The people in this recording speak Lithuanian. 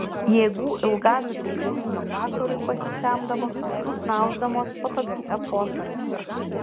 jėgų ilgam ir triukšmingam vakarui pasisemdavo nusnausdamos patogiuose foteliuose